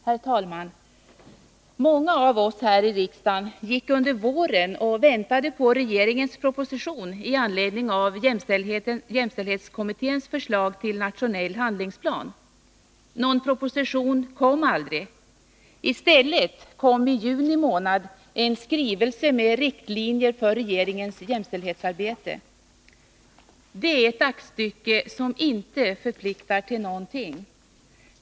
Herr talman! Många av oss här i riksdagen gick under våren och väntade på regeringens proposition med anledning av jämställdhetskommitténs förslag till nationell handlingsplan. Någon proposition kom aldrig. I stället kom i juni månad en skrivelse med riktlinjer för regeringens jämställdhetsarbete. Det är ett aktstycke som inte förpliktar till något.